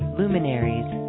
luminaries